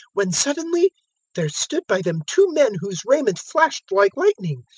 when suddenly there stood by them two men whose raiment flashed like lightning.